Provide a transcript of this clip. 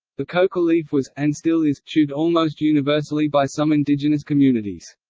the coca leaf was, and still is, chewed almost universally by some indigenous communities.